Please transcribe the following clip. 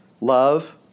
love